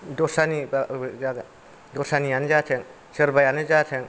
दस्रानि बा दस्रानियानो जाथों सोरबायानो जाथों